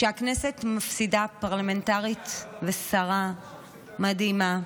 הכנסת מפסידה פרלמנטרית ושרה מדהימה,